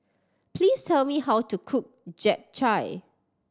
please tell me how to cook Japchae